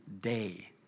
day